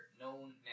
known